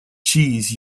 cheese